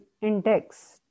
index